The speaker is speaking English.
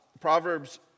Proverbs